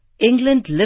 England